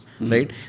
right